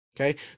Okay